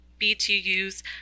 BTUs